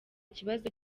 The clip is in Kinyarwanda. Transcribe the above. kibazo